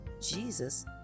Jesus